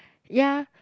ya